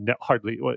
hardly